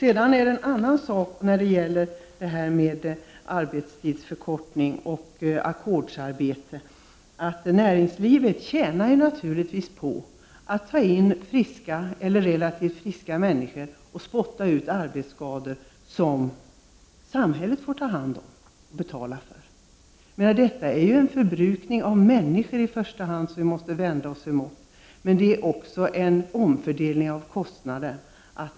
En annan aspekt på arbetstidsförkortning och ackordsarbete är att näringslivet naturligtvis tjänar på att anställa friska eller relativt friska människor och sedan låta samhället ta hand om och betala för de arbetsskador som uppstår. Det är i första hand fråga om en förbrukning av människor som vi måste vända oss emot, men det är också fråga om en övervältring av kostnader.